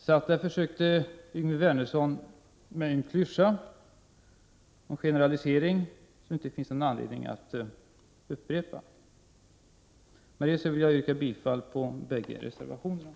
I det fallet försökte Yngve Wernersson använda sig av en klyscha och generalisering som det inte finns anledning att upprepa. Med detta vill jag yrka bifall till bägge reservationerna.